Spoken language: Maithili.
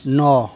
नओ